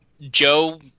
Joe